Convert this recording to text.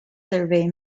survey